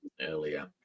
earlier